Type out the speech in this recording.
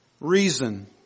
Reason